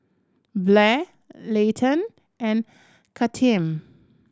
Blair Leighton and Kathern